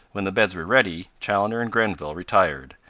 when the beds were ready, chaloner and grenville retired,